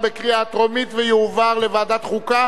התשע"ב 2012, לדיון מוקדם